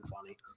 funny